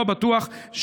לא בטוח,